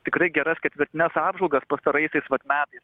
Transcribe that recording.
tikrai geras ketvirtines apžvalgas pastaraisiais vat metais